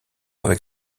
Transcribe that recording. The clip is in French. avec